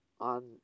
on